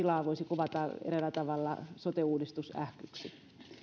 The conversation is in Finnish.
tilaa voisi kuvata eräällä tavalla sote uudistusähkyksi